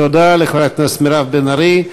תודה לחברת הכנסת מירב בן ארי.